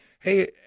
hey